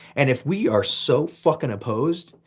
and if we are so fucking opposed,